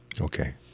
Okay